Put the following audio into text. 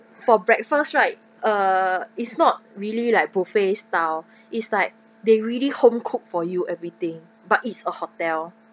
for breakfast right uh it's not really like buffet style is like they really home cooked for you everything but it's a hotel